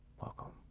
welcome,